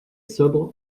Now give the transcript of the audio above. sobre